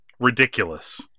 Ridiculous